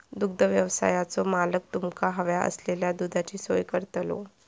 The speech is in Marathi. दुग्धव्यवसायाचो मालक तुमका हव्या असलेल्या दुधाची सोय करतलो